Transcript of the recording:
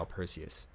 Perseus 。